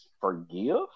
forgive